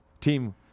team